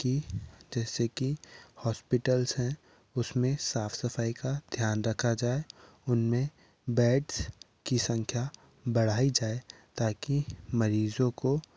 कि जैसे कि हॉस्पिटल्स हैं उसमे साफ सफाई का ध्यान रखा जाए उनमें बेड्स की संख्या बढ़ाई जाए ताकि मरीजों को